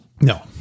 No